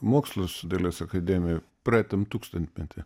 mokslus dailės akademijoj praeitam tūkstantmety